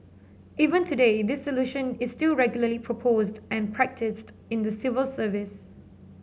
even today this solution is still regularly proposed and practised in the civil service